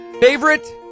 Favorite